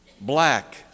black